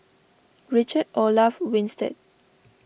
Richard Olaf Winstedt